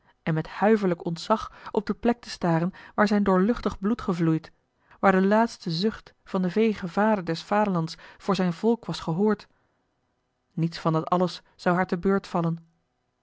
en met huiverlijk ontzag op de plek te staren waar zijn doorluchtig bloed gevloeid waar de laatste zucht van den veegen vader des vaderlands voor zijn volk was gehoord niets van dat alles zou haar te beurt vallen